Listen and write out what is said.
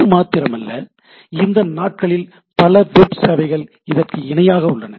அது மாத்திரமல்ல இந்த நாட்களில் பல வெப் சேவைகள் இதற்கு இணையாக உள்ளன